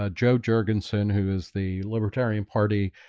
ah joe jurgensen, who is the libertarian party?